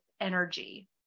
energy